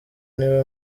niwe